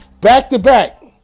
back-to-back